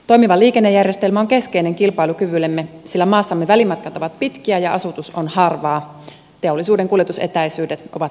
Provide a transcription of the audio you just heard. toimiva liikennejärjestelmä on keskeinen kilpailukyvyllemme sillä maassamme välimatkat ovat pitkiä ja asutus on harvaa teollisuuden kuljetus etäisyydet ovat